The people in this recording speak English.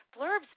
blurbs